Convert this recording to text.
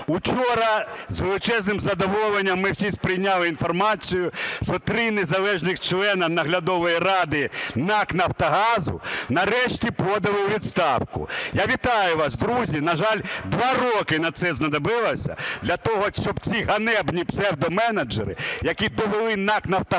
вчора з величезним задоволенням ми всі сприйняли інформацію, що три незалежних члена наглядової ради НАК "Нафтогазу" нарешті подали у відставку. Я вітаю вас, друзі! На жаль, два роки на це знадобилося для того, щоб ці ганебні псевдоменеджери, які повели НАК "Нафтогаз"